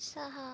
सहा